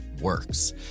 works